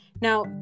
Now